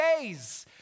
days